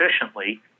efficiently